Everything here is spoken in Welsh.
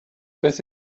beth